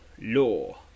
law